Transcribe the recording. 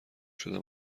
شده